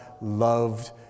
loved